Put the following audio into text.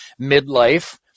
midlife